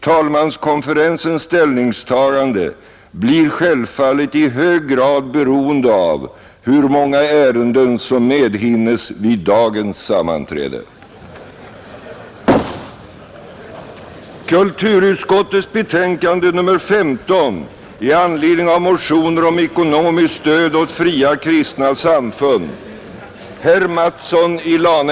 Talmanskonferensens ställningstagande blir självfallet i hög grad beroende av hur många ärenden som medhinnes vid dagens sammanträde.